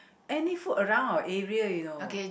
any food around our area you know